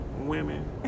women